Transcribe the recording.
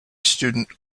student